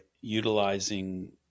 utilizing